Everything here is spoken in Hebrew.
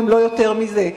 אם לא יותר מזה.